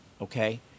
okay